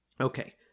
Okay